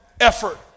effort